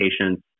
patients